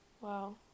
Wow